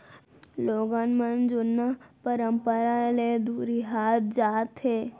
लोगन मन जुन्ना परंपरा ले दुरिहात जात हें